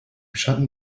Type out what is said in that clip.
schatten